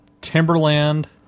Timberland